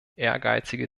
ehrgeizige